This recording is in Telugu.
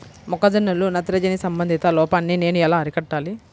మొక్క జొన్నలో నత్రజని సంబంధిత లోపాన్ని నేను ఎలా అరికట్టాలి?